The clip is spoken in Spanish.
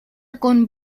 con